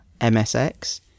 msx